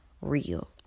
real